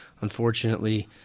unfortunately